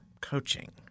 coaching